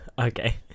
Okay